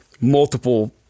multiple